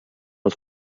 els